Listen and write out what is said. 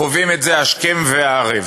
חווים את זה השכם והערב.